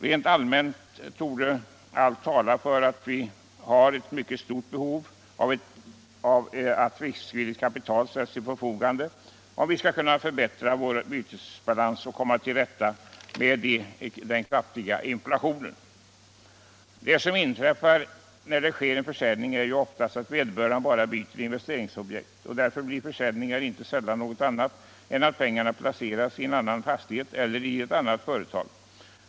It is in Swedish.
Rent allmänt torde allt tala för att vi har ett mycket stort behov av att riskvilligt kapital ställs till förfogande, om vi skall kunna bemästra våra bytesbalansproblem och komma till rätta med den kraftiga inflationen. Det som inträffar vid en försäljning är ju oftast att vederbörande bara byter investeringsobjekt. Därför blir försäljningar ofta inte något annat än att pengarna placeras i en annan fastighet eller i ett annat företag.